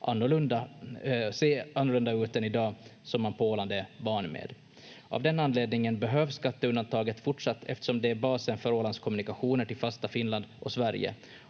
se annorlunda ut än man i dag på Åland är van med. Av den anledningen behövs skatteundantaget fortsatt eftersom det är basen för Ålands kommunikationer till fasta Finland och Sverige,